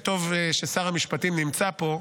וטוב ששר המשפטים נמצא פה,